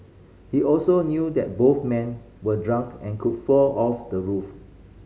he also knew that both men were drunk and could fall off the roof